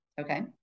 okay